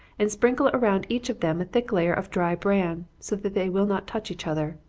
and sprinkle around each of them a thick layer of dry bran, so that they will not touch each other.